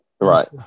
Right